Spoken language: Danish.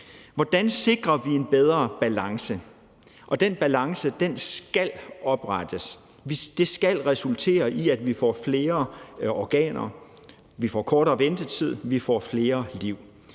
Hvordan sikrer vi en bedre balance? For den balance skal oprettes. Det skal resultere i, at vi får flere organer, at vi får kortere ventetid, og at vi får flere liv.